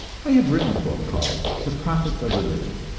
i have written a book called the profits of religion,